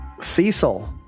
Cecil